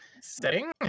setting